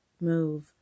move